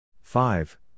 Five